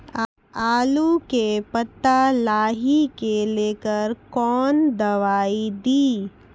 आलू के पत्ता लाही के लेकर कौन दवाई दी?